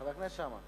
חבר הכנסת שאמה.